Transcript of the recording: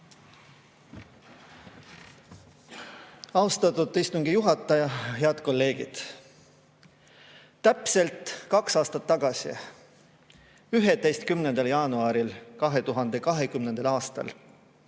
Austatud istungi juhataja! Head kolleegid! Täpselt kaks aastat tagasi, 11. jaanuaril 2020. aastal